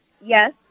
Yes